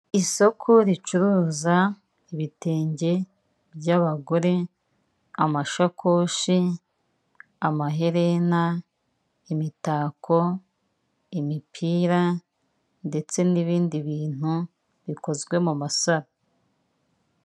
Isoko ricuruza ibitenge by'abagore, amashakoshi, amaherena, imitako, imipira ndetse n'ibindi bintu bikozwe mu masaro.